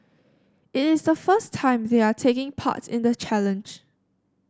it is the first time they are taking part in the challenge